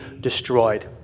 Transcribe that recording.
destroyed